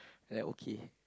then okay